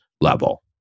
level